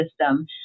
system